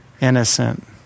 innocent